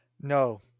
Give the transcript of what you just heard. No